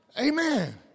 Amen